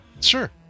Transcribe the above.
Sure